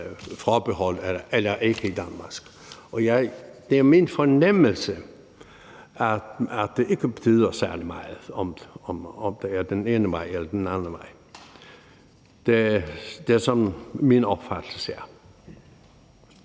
man ikke har det. Det er min fornemmelse, at det ikke betyder særlig meget, om det er den ene vej eller den anden vej. Det er sådan, min opfattelse er.